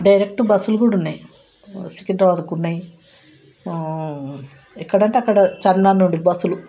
direct బస్సులు కూడా ఉన్నాయి సికింద్రాబాదుకున్నాయి ఎక్కడంటే అక్కడ చార్మినార్ నుండి బస్సులు